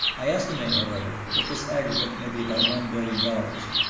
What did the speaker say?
i estimate, however, that this aggregate may be about one billion dollars.